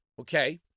Okay